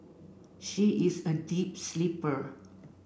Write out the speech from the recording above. she is a deep sleeper